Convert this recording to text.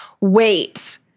Wait